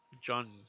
John